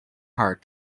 hard